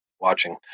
watching